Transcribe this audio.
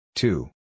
Two